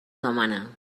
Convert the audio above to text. demana